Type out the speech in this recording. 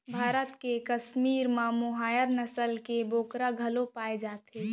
भारत के कस्मीर म मोहायर नसल के बोकरा घलोक पाए जाथे